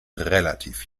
relativ